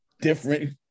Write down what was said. different